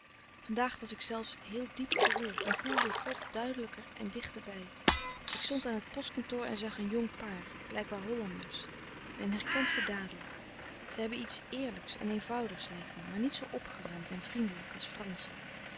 vandaag was ik zelfs heel diep geroerd en voelde god duidelijker en dichter bij ik stond aan t postkantoor en zag een jong paar blijkbaar hollanders men herkent ze dadelijk ze hebben iets eerlijks en eenvoudigs lijkt me maar niet zoo opgeruimd en vriendelijk als